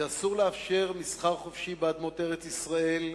שאסור לאפשר מסחר חופשי באדמות ארץ-ישראל,